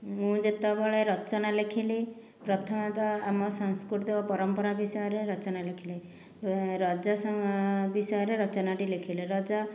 ମୁଁ ଯେତେବେଳେ ରଚନା ଲେଖିଲି ପ୍ରଥମତଃ ଆମ ସାଂସ୍କୃତିକ ପରମ୍ପରା ବିଷୟରେ ରଚନା ଲେଖିଲି ରଜ ସମ ବିଷୟରେ ରଚନାଟି ଲେଖିଲି ରଜ